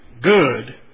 good